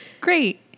Great